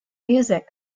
music